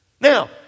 Now